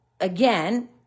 again